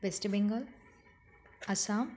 west Bengal Assam